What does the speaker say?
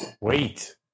Wait